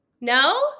No